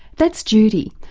that's judy,